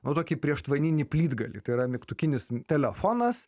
nu tokį prieštvaninį plytgalį tai yra mygtukinis telefonas